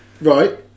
Right